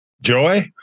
Joy